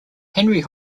henry